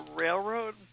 Railroad